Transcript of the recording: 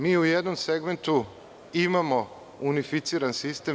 Mi u jednom segmentu imamo unificiran sistem.